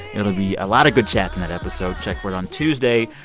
it'll be a lot of good chats in that episode. check for it on tuesday.